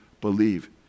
believe